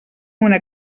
una